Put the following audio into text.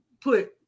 put